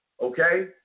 Okay